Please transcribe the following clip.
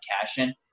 cash-in